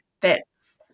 fits